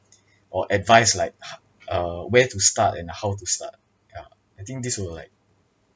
or advice like uh where to start and how to start I think this will like